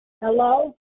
Hello